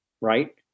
right